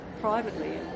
privately